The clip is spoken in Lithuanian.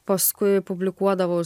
paskui publikuodavaus